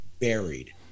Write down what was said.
buried